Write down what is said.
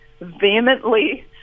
vehemently